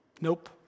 Nope